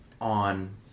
on